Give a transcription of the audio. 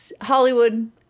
Hollywood